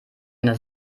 eine